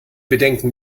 bedenken